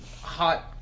hot